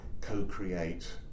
co-create